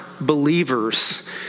believers